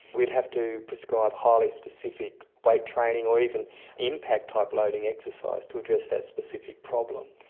we'd have to prescribe highly specific weight training or even impact type loading exercise to address that specific problem.